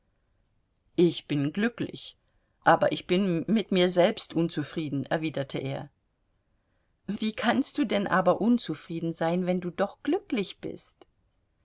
ich bin glücklich aber ich bin mit mir selbst unzufrieden erwiderte er wie kannst du denn aber unzufrieden sein wenn du doch glücklich bist